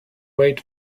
wait